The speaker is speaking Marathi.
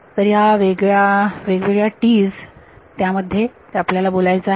तर या वेगळ्या वेगवेगळ्या T's त्यामध्ये ते आपल्याला बोलायचं आहे